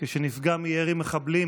כשנפגע מירי מחבלים